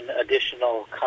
additional